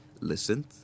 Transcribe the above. listened